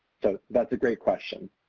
so that's a great question.